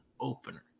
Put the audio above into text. opener